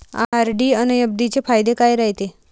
RD अन FD चे फायदे काय रायते?